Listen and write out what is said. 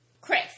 Chris